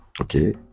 okay